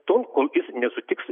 tol kol jis nesutiks